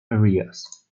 areas